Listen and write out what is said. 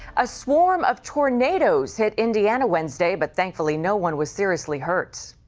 a swarm of tornadoes hit indiana wednesday, but thankfully no one was seriously hurt.